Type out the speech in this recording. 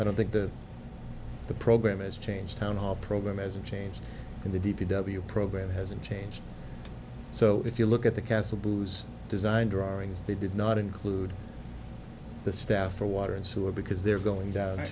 i don't think that the program has changed town hall program as a change in the d p w program hasn't changed so if you look at the castle blues design drawings they did not include the staff for water and sewer because they're going down